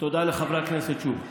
תודה לחברי הכנסת שוב.